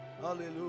hallelujah